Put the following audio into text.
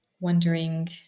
wondering